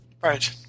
right